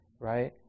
Right